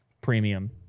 premium